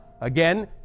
again